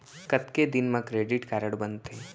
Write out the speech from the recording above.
कतेक दिन मा क्रेडिट कारड बनते?